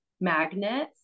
magnets